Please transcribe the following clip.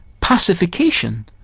pacification